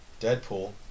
Deadpool